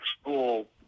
school